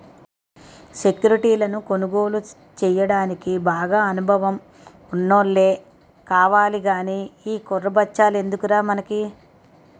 సెక్యురిటీలను కొనుగోలు చెయ్యడానికి బాగా అనుభవం ఉన్నోల్లే కావాలి గానీ ఈ కుర్ర బచ్చాలెందుకురా మనకి